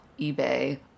eBay